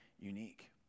unique